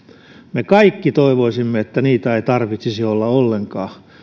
me kaikki toivoisimme että niitä ei tarvitsisi olla ollenkaan